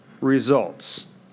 results